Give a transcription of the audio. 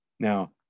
Now